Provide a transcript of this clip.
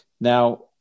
now